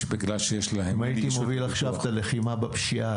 אם הייתי עכשיו מוביל את הלחימה בפשיעה,